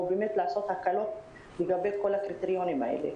או לעשות הקלות לגבי כל הקריטריונים האלה.